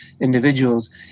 individuals